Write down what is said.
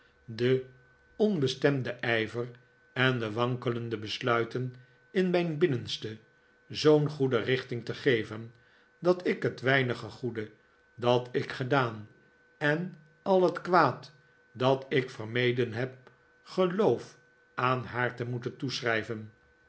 den onbestemden ijver en de wankelende besluiteh in mijn binnenste zoo'n goede richting te geven dat ik het weinige goede dat ik gedaan en al het kwaad dat ik vermeden heb geloof aan haar te moeten